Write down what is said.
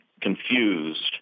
confused